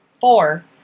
four